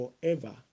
forever